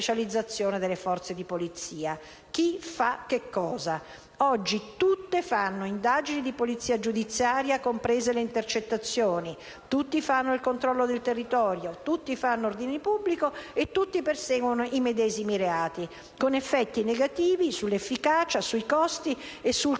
delle forze di polizia: chi fa che cosa. Oggi tutte fanno indagini di polizia giudiziaria, comprese le intercettazioni; tutte fanno il controllo del territorio, tutte fanno ordine pubblico e tutte perseguono i medesimi reati con effetti negativi sull'efficacia, sui costi e sul